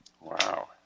wow